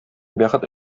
бәхет